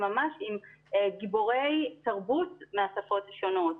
הם גם ממש עם גיבורי תרבות מהשפות השונות.